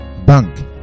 Bank